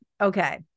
Okay